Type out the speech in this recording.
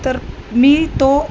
तर मी तो